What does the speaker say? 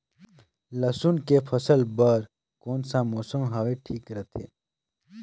लसुन के फसल बार कोन सा मौसम हवे ठीक रथे?